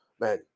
man